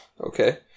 Okay